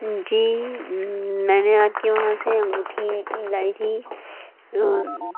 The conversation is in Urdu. جی میں نے آپ کے وہاں سے انگوٹھی لائی تھی